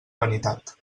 vanitat